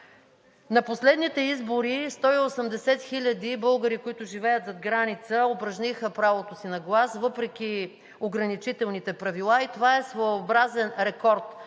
На последните избори 180 хиляди българи, които живеят зад граница, упражниха правото си на глас въпреки ограничителните правила и това е своеобразен рекорд.